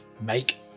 make